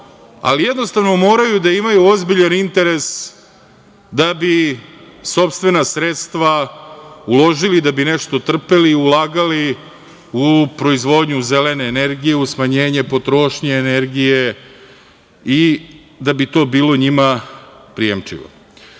ali jednostavno moraju da imaju ozbiljan interes da bi sopstvena sredstva uložili, da bi nešto trpeli i ulagali u proizvodnju zelene energije, u smanjenje potrošnje energije i da bi to bilo njima prijemčivo. Pošto